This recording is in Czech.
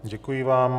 Děkuji vám.